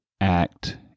act